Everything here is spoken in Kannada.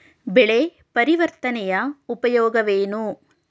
ಬೆಳೆ ಪರಿವರ್ತನೆಯ ಉಪಯೋಗವೇನು?